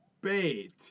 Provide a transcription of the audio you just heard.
bait